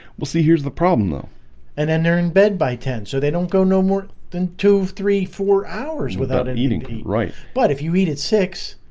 we'll see here's the problem though and then they're in bed by ten zero so they don't go no more than two three four hours without an eating heat right, but if you eat at six